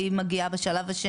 היא מגיעה בשלב השני.